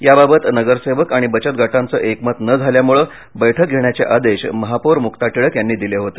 याबाबत नगरसेवक आणि बचत गटांचं एकमत न झाल्यामुळे बैठक घेण्याचे आदेश महापौर मुक्ता टिळक यांनी दिले होते